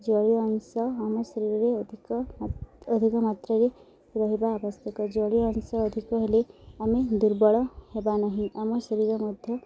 ଜଳୀୟ ଅଂଶ ଆମ ଶରୀରରେ ଅଧିକ ଅଧିକ ମାତ୍ରାରେ ରହିବା ଆବଶ୍ୟକ ଜଳୀୟ ଅଂଶ ଅଧିକ ହେଲେ ଆମେ ଦୁର୍ବଳ ହେବା ନାହିଁ ଆମ ଶରୀର ମଧ୍ୟ